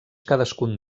cadascun